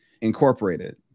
incorporated